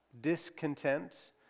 discontent